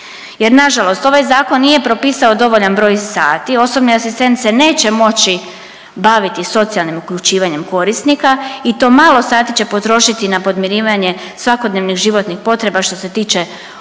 jer nažalost ovaj zakon nije propisao dovoljan broj sati, osobni asistent se neće moći baviti socijalnim uključivanjem korisnika i to malo sati će potrošiti na podmirivanje svakodnevnih životnih potreba što se tiče